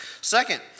Second